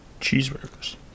Cheeseburgers